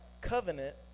covenant